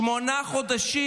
שמונה חודשים,